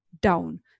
down